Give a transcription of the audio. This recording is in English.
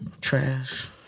Trash